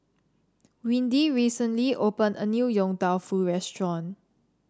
Windy recently opened a new Yong Tau Foo restaurant